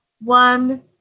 one